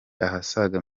asaga